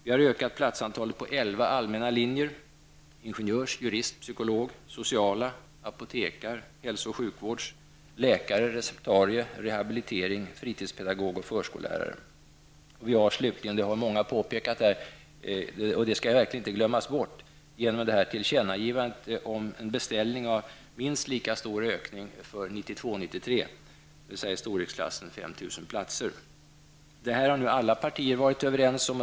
Vi har ökat platsantalet på 11 allmänna linjer: Vi har slutligen -- det har många påpekat här, och det skall verkligen inte glömmas bort -- gjort ett tillkännagivande med en beställning av minst lika stor ökning för 1992/93, dvs. i storleksklassen 5 000 Det här har alla partier varit överens om.